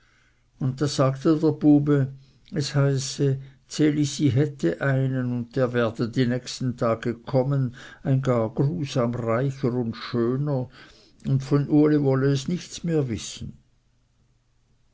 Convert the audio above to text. und da sagte der bube es heiße ds elisi hätte einen und der werde die nächsten tage kommen ein gar grusam reicher und schöner und von uli wolle es nichts mehr wissen